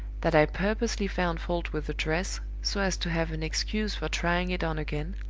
that i purposely found fault with the dress, so as to have an excuse for trying it on again,